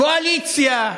קואליציה,